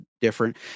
different